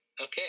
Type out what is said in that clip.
Okay